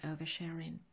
oversharing